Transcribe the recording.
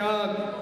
2)